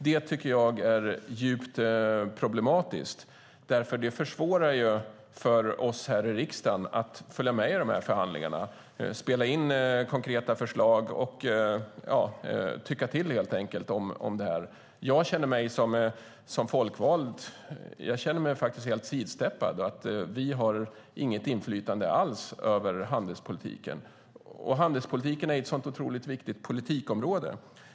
Det är djupt problematiskt eftersom det försvårar för oss i riksdagen att följa med i förhandlingarna, spela in konkreta förslag och tycka till om detta. Som folkvald känner jag mig helt sidsteppad och att vi inte har något inflytande alls över handelspolitiken, och handelspolitiken är ett otroligt viktigt politikområde.